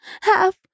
half